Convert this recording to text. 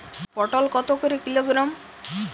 পটল কত করে কিলোগ্রাম?